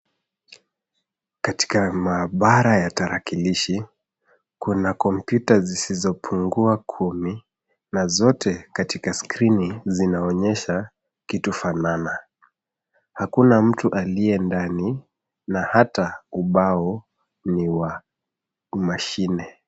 Katika maabara ya tarakilishi kuna kompyuta zisizopungua kumi na zote katika skrini zinaonyesha kitu fanana. Hakuna mtu aliye ndani na hata ubao ni wa mashine.